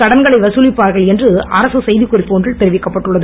கடன்களை வதலிப்பார்கள் என்று அரசு செய்திக்குறிப்பு ஒன்றில் தெரிவிக்கப்பட்டுள்ளது